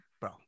Bro